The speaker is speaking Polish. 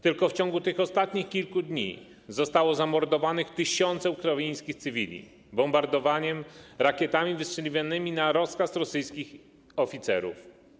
Tylko w ciągu tych ostatnich kilku dni zostały zamordowane tysiące ukraińskich cywili bombardowaniem, rakietami wystrzeliwanymi na rozkaz rosyjskich oficerów.